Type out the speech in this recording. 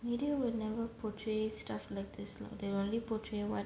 media will never portray stuff like this lah they will only portray [what]